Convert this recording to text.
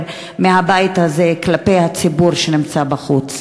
מהבית הזה כלפי הציבור שנמצא בחוץ.